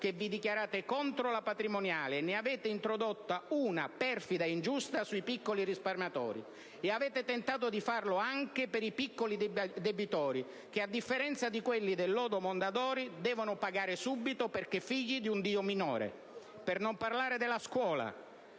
vi dichiarate contro la patrimoniale, che ne avete introdotta una, perfida e ingiusta, sui piccoli risparmiatori. E avete tentato di farlo anche per i piccoli debitori che, a differenza di quelli del lodo Mondadori, devono pagare subito perché figli di un Dio minore. Per non parlare della scuola,